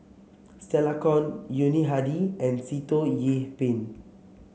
Stella Kon Yuni Hadi and Sitoh Yih Pin